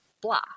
blah